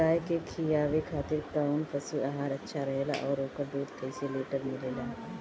गाय के खिलावे खातिर काउन पशु आहार अच्छा रहेला और ओकर दुध कइसे लीटर मिलेला?